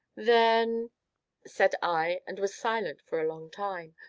then said i, and was silent for a long time,